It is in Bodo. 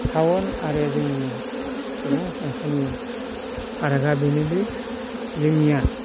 टाउन आरो जोंनि सुबुं सानखोनि फारागा बेनो दि जोंनिया